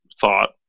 thought